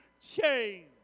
change